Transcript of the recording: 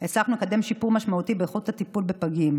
הצלחנו לקדם שיפור משמעותי באיכות הטיפול בפגים.